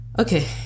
Okay